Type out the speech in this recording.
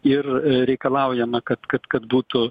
ir reikalaujama kad kad kad būtų